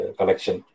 collection